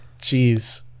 Jeez